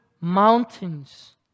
mountains